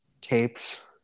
tapes